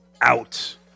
out